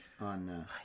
on